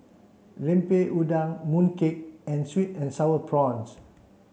Lemper Udang Mooncake and sweet and sour prawns